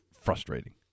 frustrating